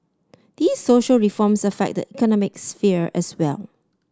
these social reforms affect the economic sphere as well